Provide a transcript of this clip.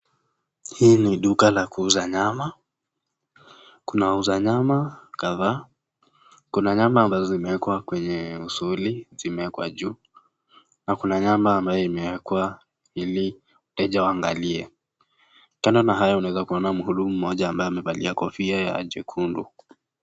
Hii ni duka la kuuza nyama. Kuna wauza nyama, kadhaa. Kuna nyama ambazo zimewekwa kwenye usuli, zimewekwa juu. Na kuna nyama ambayo imewekwa ili mteja aangalie. Kando na hayo unaweza kuona mhudumu mmoja ambaye amevalia kofia ya jekundu.